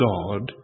God